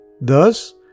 thus